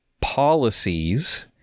policies